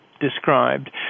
described